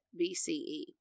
BCE